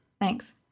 Thanks